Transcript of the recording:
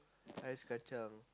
Ice Kacang